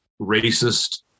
racist